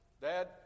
Dad